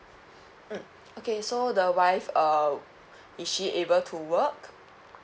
mm okay so the wife um is she able to work